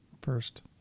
First